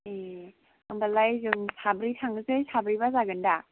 ए होमबालाय जों साब्रै थांनोसै साब्रैबा जागोन दा